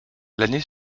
l’année